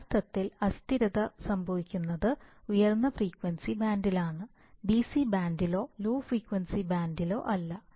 യഥാർത്ഥത്തിൽ അസ്ഥിരത സംഭവിക്കുന്നത് ഉയർന്ന ഫ്രീക്വൻസി ബാൻഡിലാണ് ഡിസി ബാൻഡിലോ ലോ ഫ്രീക്വൻസി ബാൻഡിലോ അല്ല